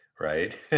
right